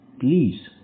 please